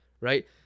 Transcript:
right